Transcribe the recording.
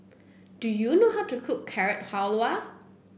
do you know how to cook Carrot Halwa